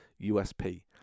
USP